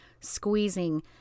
squeezing